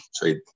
Trade